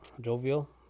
Jovial